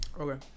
Okay